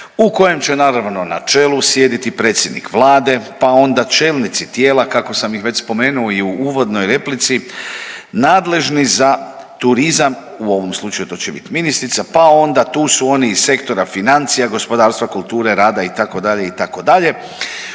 u kojem će naravno na čelu sjediti predsjednik Vlade, pa onda čelnici tijela kako sam ih već spomenuo i u uvodnoj replici nadležni za turizam u ovom slučaju to će bit ministrica, pa onda tu su oni iz sektora financija, gospodarstva, kulture, rada itd. itd.